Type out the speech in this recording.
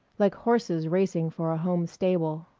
like horses racing for a home stable.